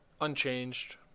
unchanged